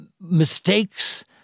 mistakes